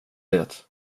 det